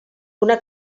una